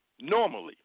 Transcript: normally